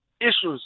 issues